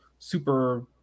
super